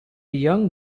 young